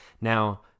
Now